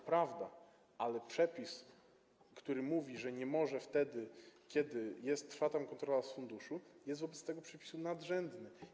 To prawda, ale przepis, który mówi, że nie może tego zrobić wtedy, kiedy jest, trwa tam kontrola z funduszu, jest wobec tego przepisu nadrzędny.